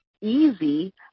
easy